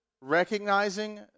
recognizing